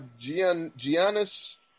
Giannis